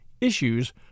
issues